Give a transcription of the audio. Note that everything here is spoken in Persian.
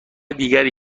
دیگری